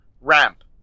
ramp